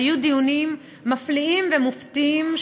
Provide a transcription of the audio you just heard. היו דיונים מפליאים ומופתיים,